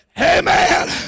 Amen